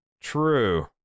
True